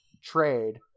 trade